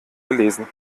gelesen